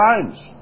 times